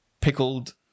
Pickled